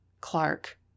Clark